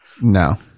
No